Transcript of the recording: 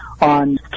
on